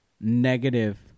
negative